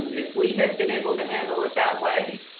um if we had been able to handle it that way,